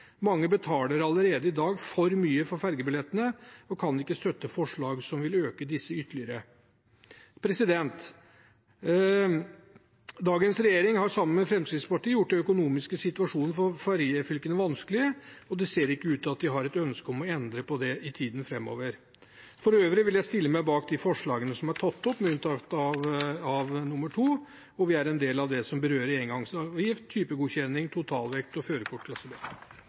Mange betaler allerede i dag for mye for fergebillettene, og jeg kan ikke støtte forslag som vil øke disse ytterligere. Dagens regjering har, sammen med Fremskrittspartiet, gjort den økonomiske situasjonen for fergefylkene vanskelig, og det ser ikke ut til at de har noe ønske om å endre på det i tiden framover. For øvrig vil jeg stille meg bak de forslagene som er tatt opp, der vi er en del av det som berører engangsavgift, typegodkjenning, totalvekt og førerkort klasse